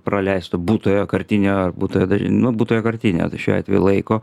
praleisto būtojo kartinio būtojo daž nu būtojo kartinio šiuo atveju laiko